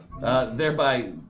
Thereby